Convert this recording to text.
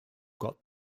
got